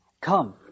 come